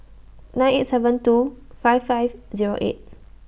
nine eight seven two five five Zero eight